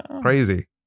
Crazy